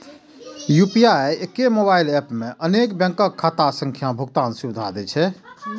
UPI एके mobile app मे अनेक बैंकक खाता सं भुगतान सुविधा दै छै